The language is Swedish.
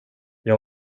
jag